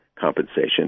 compensation